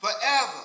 forever